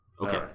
okay